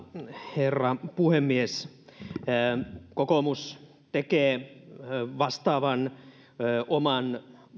herra puhemies kokoomus tekee vastaavan oman